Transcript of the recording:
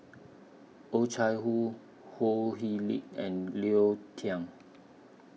Oh Chai Hoo Ho Hee Lick and Leo Thang